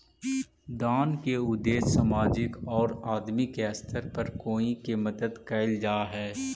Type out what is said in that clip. दान के उद्देश्य सामाजिक औउर आदमी के स्तर पर कोई के मदद कईल जा हई